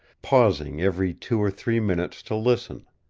pausing every two or three minutes to listen.